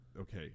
Okay